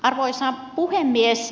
arvoisa puhemies